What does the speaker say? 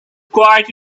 quiet